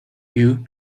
you